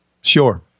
sure